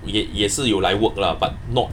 也也是有来 work ah but not